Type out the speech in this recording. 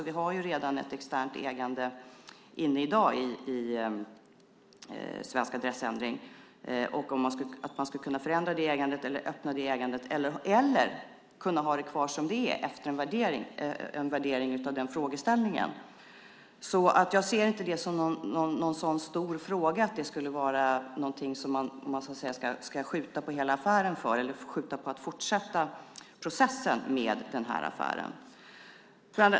Vi har redan ett externt ägande i Svensk Adressändring, och man skulle kunna förändra detta ägande, öppna detta ägande eller ha det kvar som det är efter en värdering av denna frågeställning. Jag ser därför inte detta som någon sådan stor fråga som gör att man ska skjuta på hela affären eller skjuta på fortsättningen på processen med denna affär.